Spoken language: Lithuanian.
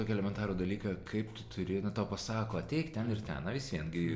tokį elementarų dalyką kaip tu turi na tau pasako ateik ten ir ten na vis vien gi